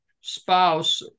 spouse